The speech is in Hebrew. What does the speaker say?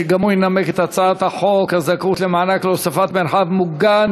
וגם הוא ינמק את הצעת חוק זכאות למענק להוספת מרחב מוגן